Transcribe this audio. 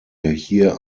hier